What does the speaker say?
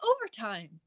overtime